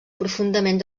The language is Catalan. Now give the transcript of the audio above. profundament